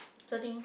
so I think